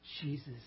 Jesus